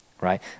right